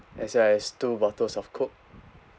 as well as two bottles of coke